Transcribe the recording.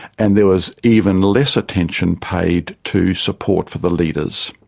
and there was even less attention paid to support for the leaders.